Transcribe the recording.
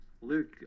Luke